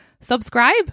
Subscribe